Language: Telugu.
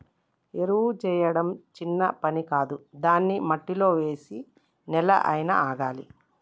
ఎరువు చేయడం చిన్న పని కాదు దాన్ని మట్టిలో వేసి నెల అయినా ఆగాలి